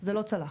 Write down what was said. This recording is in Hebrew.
זה לא צלח.